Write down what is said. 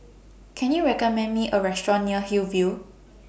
Can YOU recommend Me A Restaurant near Hillview